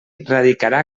radicarà